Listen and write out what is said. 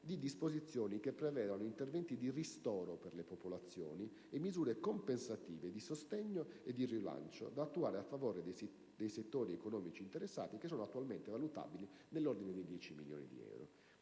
di disposizioni che prevedano interventi di ristoro per le popolazioni e misure compensative di sostegno e di rilancio da attuare a favore dei settori economici interessati, attualmente valutabili nell'ordine di 10 milioni di euro.